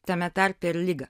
tame tarpe ir ligą